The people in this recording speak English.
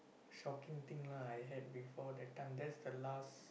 shocking thing lah I had before that time that's the last